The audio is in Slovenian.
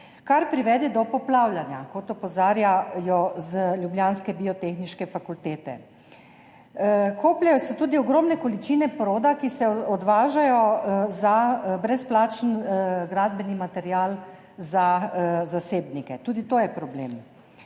kar privede do poplavljanja, kot opozarjajo z ljubljanske Biotehniške fakultete. Kopljejo se tudi ogromne količine proda, ki se odvaža za brezplačen gradbeni material za zasebnike. Tudi to je problem.